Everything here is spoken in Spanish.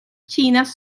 chinas